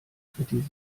kritisiert